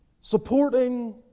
Supporting